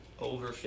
Over